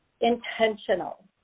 intentional